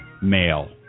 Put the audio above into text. male